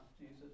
Jesus